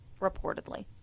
Reportedly